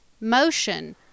motion